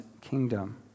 kingdom